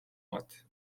მათ